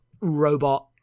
robot